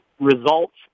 results